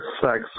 sex